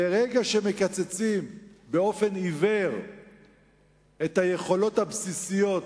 ברגע שמקצצים באופן עיוור ביכולות הבסיסיות,